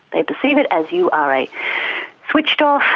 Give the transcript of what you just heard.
they perceive it as you are a switched-off,